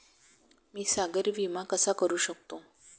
मी सागरी विमा कसा करू शकतो?